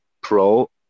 pro